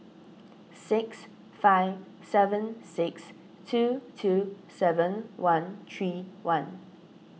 six five seven six two two seven one three one